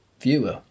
viewer